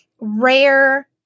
rare